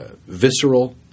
visceral